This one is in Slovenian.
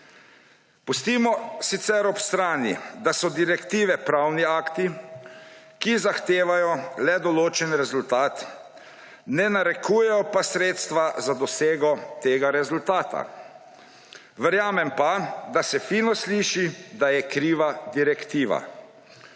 Pustimo sicer ob strani, da so direktive pravni akti, ki zahtevajo le določen rezultat, ne narekujejo pa sredstev za dosego tega rezultata. Verjamem pa, da se fino sliši, da je kriva direktiva.